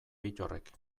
bittorrek